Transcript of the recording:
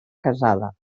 casada